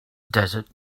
desert